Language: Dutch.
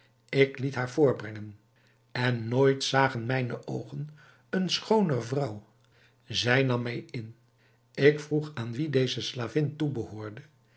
ik liet haar voorbrengen en nooit zagen mijne oogen een schoonere vrouw zij nam mij in ik vroeg aan wie deze slavin toebehoorde